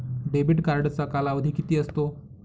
Debit कार्डचा कालावधी किती असतो?